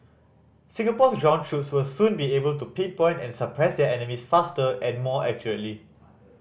Singapore's ground troops will soon be able to pinpoint and suppress their enemies faster and more accurately